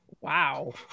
Wow